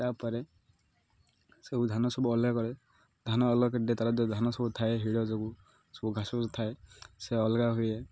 ତା'ପରେ ସବୁ ଧାନ ସବୁ ଅଲଗା କରେ ଧାନ ଅଲଗା କରି ତାର ଯେଉଁ ଧାନ ସବୁ ଥାଏ ହିଡ଼ ଯୋଗୁଁ ସବୁ ଘାସବାସ ଥାଏ ସେ ଅଲଗା ହୁଏ